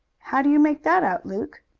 how do you make that out, luke?